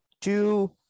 two